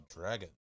dragon